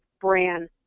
bran